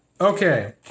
Okay